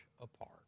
apart